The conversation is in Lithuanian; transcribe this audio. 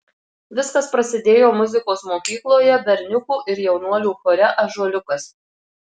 viskas prasidėjo muzikos mokykloje berniukų ir jaunuolių chore ąžuoliukas